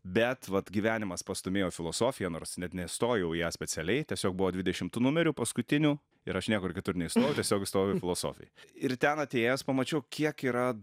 bet vat gyvenimas pastūmėjo filosofiją nors net nestojau į ją specialiai tiesiog buvau dvidešimtu numeriu paskutiniu ir aš niekur kitur neįstojau tiesiog įstojau į filosofiją ir ten atėjęs pamačiau kiek yra